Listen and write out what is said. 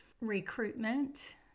recruitment